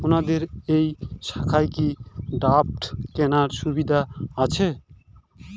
আপনাদের এই শাখায় কি ড্রাফট কেনার সুবিধা আছে?